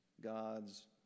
God's